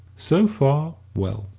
so far, well,